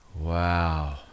Wow